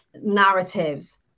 narratives